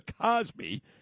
Cosby